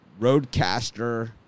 roadcaster